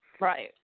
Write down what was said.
right